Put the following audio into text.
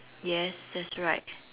yes that's right